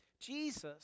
Jesus